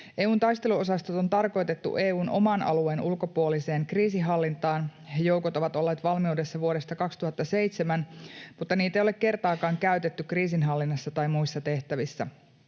EU:n taisteluosastot on tarkoitettu EU:n oman alueen ulkopuoliseen kriisinhallintaan. Joukot ovat olleet valmiudessa vuodesta 2007, mutta niitä ei ole kertaakaan käytetty kriisinhallinnassa tai muissa tehtävissä.